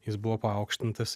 jis buvo paaukštintas